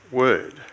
word